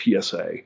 PSA